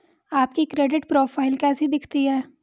आपकी credit profile कैसी दिखती है?